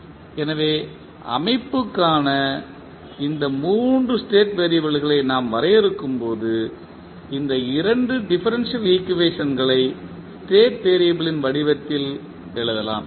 எனவே அமைப்புக்கான இந்த 3 ஸ்டேட் வெறியபிள்களை நாம் வரையறுக்கும்போது இந்த 2 டிஃபரன்ஷியல் ஈக்குவேஷன்களை ஸ்டேட் வெறியபிளின் வடிவத்தில் எழுதலாம்